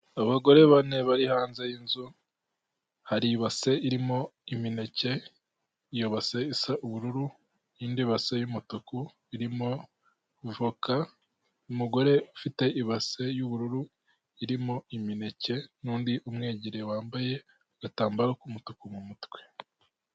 Abagore bane bari hanze y'inzu, hari ibase irimo imineke, iyo base isa ubururu, n'indi base y'umutuku irimo voka, umugore ufite ibase y'ubururu irimo imineke, n'undi umwegereye, wambaye agatambaro k'umutuku mu mutwe.